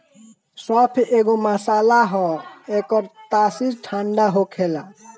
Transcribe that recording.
सौंफ एगो मसाला हअ एकर तासीर ठंडा होखेला